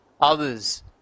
others